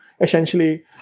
essentially